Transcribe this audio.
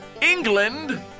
England